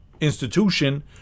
institution